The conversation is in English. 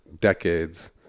decades